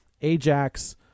Ajax